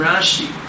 Rashi